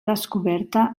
descoberta